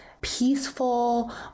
peaceful